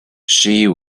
she